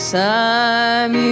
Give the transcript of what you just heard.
time